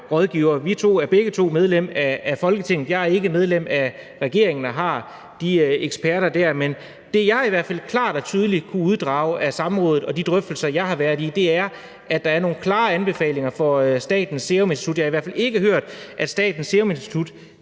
rådgivere. Vi to er begge medlem af Folketinget. Jeg er ikke medlem af regeringen og har de eksperter der, men det, jeg i hvert fald klart og tydeligt kunne uddrage af samrådet og de drøftelser, jeg har været i, er, at der er nogle klare anbefalinger fra Statens Serum Institut. Jeg har i hvert fald ikke hørt, at Statens Serum Institut